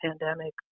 pandemic